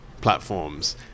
platforms